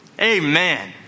Amen